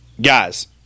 Guys